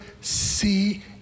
see